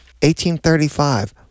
1835